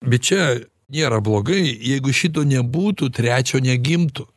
bet čia nėra blogai jeigu šito nebūtų trečio negimtų